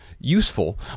Useful